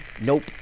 Nope